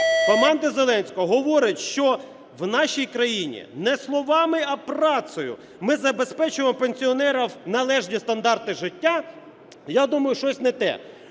команди Зеленського говорить, що в нашій країні не словами, а працею ми забезпечуємо пенсіонерам належні стандарти життя, я думаю, щось не те.